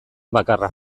bakarra